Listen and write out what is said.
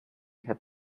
had